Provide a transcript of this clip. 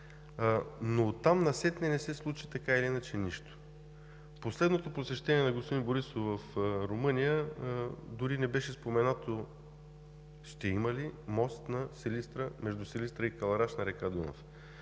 оттам насетне не се случи нищо. В последното посещение на господин Борисов в Румъния дори не беше споменато ще има ли мост между Силистра и Кълъраш на река Дунав.